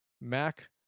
Mac